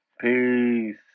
Peace